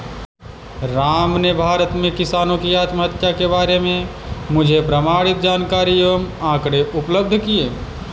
राम ने भारत में किसानों की आत्महत्या के बारे में मुझे प्रमाणित जानकारी एवं आंकड़े उपलब्ध किये